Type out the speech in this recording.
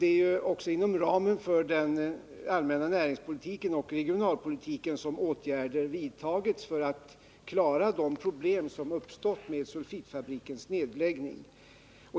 Det — anläggning i är också inom ramen för den allmänna näringspolitiken och regionalpolitiken Hissmofors som åtgärder vidtagits för att klara de problem som uppstått vid sulfitfabrikens nedläggning.